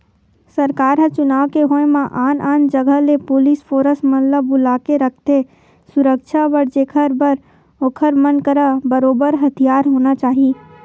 सरकार ह चुनाव के होय म आन आन जगा ले पुलिस फोरस मन ल बुलाके रखथे सुरक्छा बर जेखर बर ओखर मन करा बरोबर हथियार होना चाही